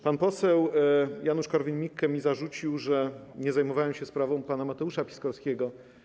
Pan poseł Janusz Korwin-Mikke mi zarzucił, że nie zajmowałem się sprawą pana Mateusza Piskorskiego.